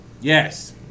Yes